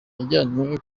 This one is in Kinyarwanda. yajyanywe